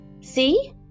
See